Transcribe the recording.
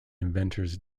inventors